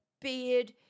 beard